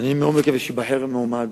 אני מקווה שייבחר המועמד,